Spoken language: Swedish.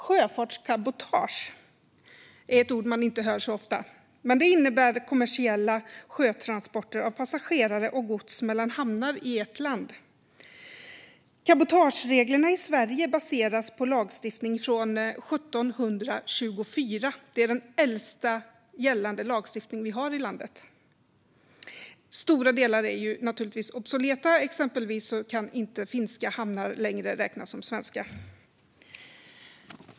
Sjöfartscabotage är ett ord man inte hör så ofta, men det innebär kommersiella sjötransporter av passagerare och gods mellan hamnar i ett land. Cabotagereglerna i Sverige baseras på lagstiftning från 1724. Det är den äldsta gällande lagstiftning vi har i landet. Stora delar är naturligtvis obsoleta. Exempelvis kan inte finska hamnar längre räknas som svenska.